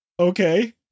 Okay